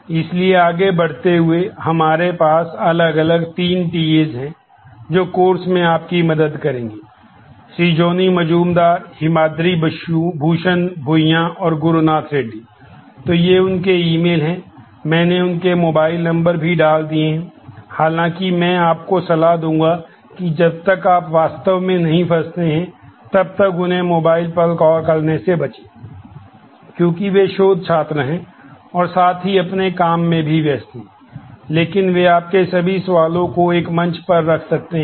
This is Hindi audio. इसलिए आगे बढ़ते हुए हमारे पास अलग अलग तीन टीएएस हैं को ईमेल लिख सकते हैं